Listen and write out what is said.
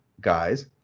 guys